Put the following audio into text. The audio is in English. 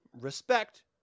respect